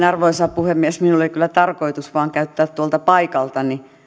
arvoisa puhemies minulla oli kyllä tarkoitus vain käyttää tuolta paikaltani